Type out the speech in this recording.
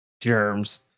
germs